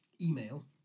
email